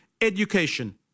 education